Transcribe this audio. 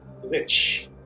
glitch